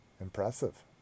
impressive